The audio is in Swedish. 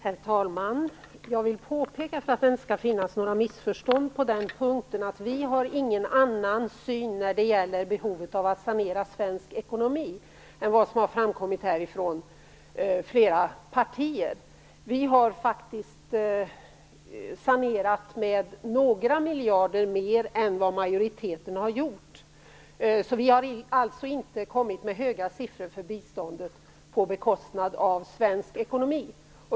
Herr talman! Jag vill påpeka, för att det inte skall finnas några missförstånd på den punkten, att vi inte har någon annan syn när det gäller behovet att sanera svensk ekonomi än vad som har framkommit från flera partier. Vi har faktiskt sanerat med några miljarder mer än majoriteten har gjort. Vi har alltså inte kommit med höga siffror till biståndet på bekostnad av svensk ekonomi.